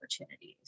opportunities